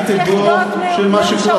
קטגור של מה שקורה.